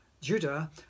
judah